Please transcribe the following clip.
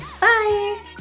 Bye